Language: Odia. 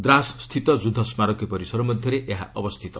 ଦ୍ରାସ୍ ସ୍ଥିତ ଯୁଦ୍ଧ ସ୍କାରକୀ ପରିସର ମଧ୍ୟରେ ଏହା ଅବସ୍ଥିତ